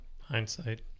Hindsight